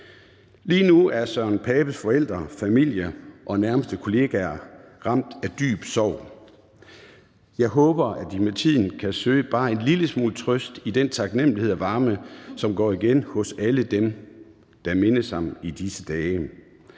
Lige nu er Søren Papes forældre, familie og nærmeste kollegaer ramt af dyb sorg. Jeg håber, at de med tiden kan søge bare en lille smule trøst i den taknemlighed og varme, som går igen hos alle dem, der mindes ham i disse dage.